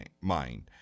mind